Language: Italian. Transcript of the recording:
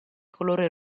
colore